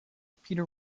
peter